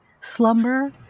slumber